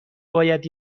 باید